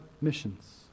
missions